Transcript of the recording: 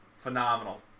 Phenomenal